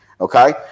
okay